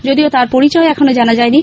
যদিও তাঁর পরিচয় এখনো জানা যায়নি